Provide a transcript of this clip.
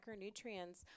macronutrients